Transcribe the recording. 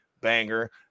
Banger